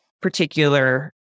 particular